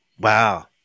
Wow